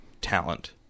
talent